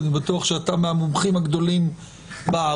אני בטוח שאתה כבר מהמומחים הגדולים בארץ,